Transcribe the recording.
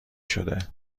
شده